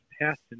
passed